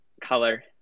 color